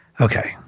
Okay